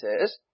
says